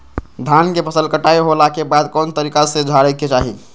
धान के फसल कटाई होला के बाद कौन तरीका से झारे के चाहि?